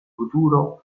futuro